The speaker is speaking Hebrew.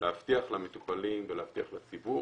להבטיח למטופלים ולהבטיח לציבור